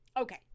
Okay